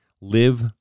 Live